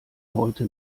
heute